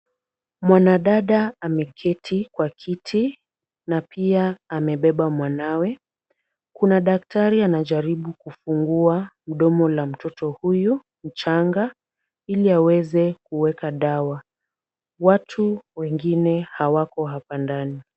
Mwanadada ameketi kwa kiti na pia amebeba mwanawe. Kuna daktari anajaribu kufungua mdomo la mtoto huyu mchanga, ili aweze kuweka dawa. Watu wengine hawako hapa ndani.